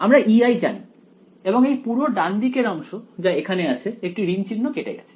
আমরা Ei জানি এবং এই পুরো ডান দিকের অংশ যা এখানে আছে একটি ঋণ চিহ্ন কেটে গেছে